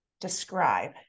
describe